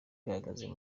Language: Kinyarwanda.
bihagaze